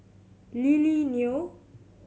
Lily Neo